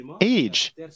age